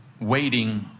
waiting